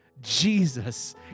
Jesus